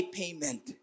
payment